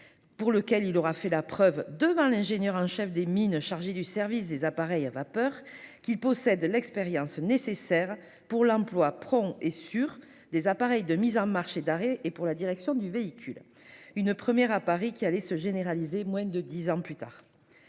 pour lequel il aura fait « la preuve, devant l'ingénieur en chef des mines chargé du service des appareils à vapeur, qu'il possède l'expérience nécessaire pour l'emploi prompt et sûr des appareils de mise en marche et d'arrêt et pour la direction du véhicule ». Cette première à Paris allait se généraliser moins de dix ans plus tard.